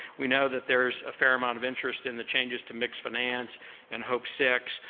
we know that there's a fair amount of interest in the changes to mixed finance and hope six.